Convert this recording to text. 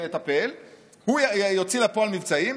הוא יוציא לפועל מבצעים.